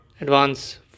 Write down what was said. advance